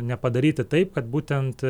nepadaryti taip kad būtent